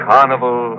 Carnival